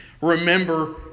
Remember